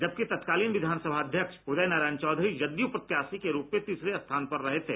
जबकि तत्कालीन विधान सभा अध्यक्ष उदय नारायण चौधरी जदयू प्रत्याशी के रुप में तीसरे स्थान पर रहे थे